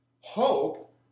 Hope